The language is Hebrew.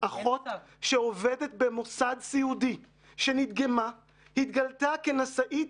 -- שעובדת במוסד סיעודי ונדגמה, התגלתה כנשאית